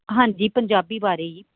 ਹਾਂਜੀ ਪੰਜਾਬੀ ਬਾਰੇ ਹੀ